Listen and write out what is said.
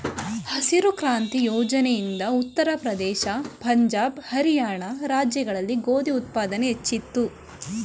ಹಸಿರು ಕ್ರಾಂತಿ ಯೋಜನೆ ಇಂದ ಉತ್ತರ ಪ್ರದೇಶ, ಪಂಜಾಬ್, ಹರಿಯಾಣ ರಾಜ್ಯಗಳಲ್ಲಿ ಗೋಧಿ ಉತ್ಪಾದನೆ ಹೆಚ್ಚಾಯಿತು